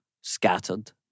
Scattered